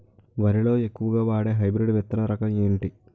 వరి లో ఎక్కువుగా వాడే హైబ్రిడ్ విత్తన రకం ఏంటి?